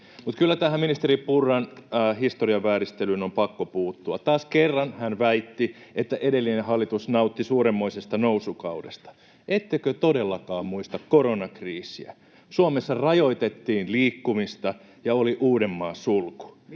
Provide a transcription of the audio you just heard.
Mutta kyllä tähän ministeri Purran historian vääristelyyn on pakko puuttua. Taas kerran hän väitti, että edellinen hallitus nautti suurenmoisesta nousukaudesta. Ettekö todellakaan muista koronakriisiä? Suomessa rajoitettiin liikkumista ja oli Uudenmaan sulku.